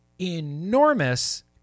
enormous